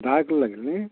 दहा किलो लागेल नाही